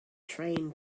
train